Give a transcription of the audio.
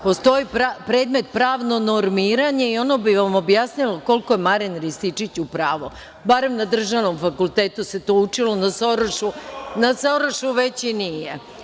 Postoji predmet pravno normiranje i ono bi vam objasnilo koliko je Marijan Rističević u pravu, barem na državnom fakultetu se to učilo, na Sorošu već i nije.